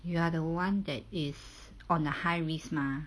you are the one that is on the high risk mah